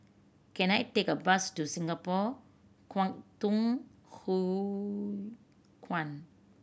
can I take a bus to Singapore Kwangtung Hui Kuan